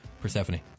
Persephone